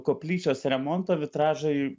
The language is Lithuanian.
koplyčios remonto vitražai